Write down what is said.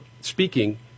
speaking